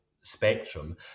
spectrum